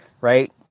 right